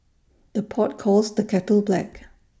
the pot calls the kettle black